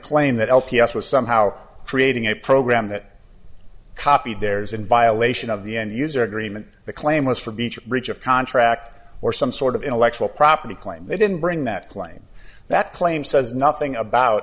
claim that l p s was somehow creating a program that copied theirs in violation of the end user agreement the claim was for beach breach of contract or some sort of intellectual property claim they didn't bring that claim that claim says nothing about